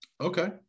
Okay